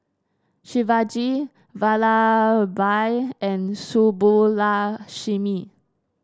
Shivaji Vallabhbhai and Subbulakshmi